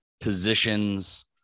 positions